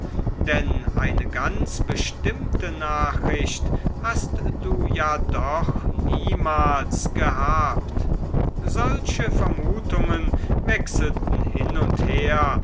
denn eine ganz bestimmte nachricht hast du ja doch niemals gehabt solche vermutungen wechselten hin und her